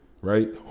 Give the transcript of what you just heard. right